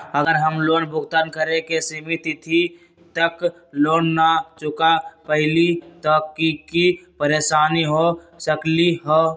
अगर हम लोन भुगतान करे के सिमित तिथि तक लोन न चुका पईली त की की परेशानी हो सकलई ह?